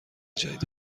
جدید